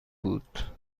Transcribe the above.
بود